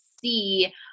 see